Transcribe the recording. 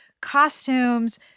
costumes